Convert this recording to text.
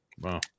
Wow